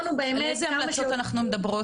על איזה המלצות אנחנו מדברות?